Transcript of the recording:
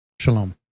Shalom